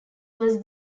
was